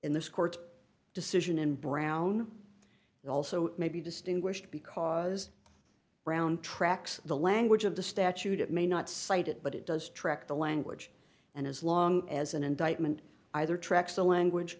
in this court's decision in brown also may be distinguished because brown tracks the language of the statute it may not cite it but it does track the language and as long as an indictment either tracks the language